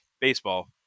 baseball